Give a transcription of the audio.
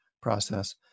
process